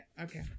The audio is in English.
okay